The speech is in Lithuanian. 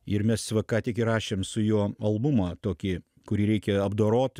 ir mes va ką tik įrašėm su juo albumą tokį kurį reikėjo apdorot